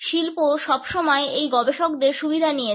শিল্প সবসময় এই গবেষকদের সুবিধা নিয়েছে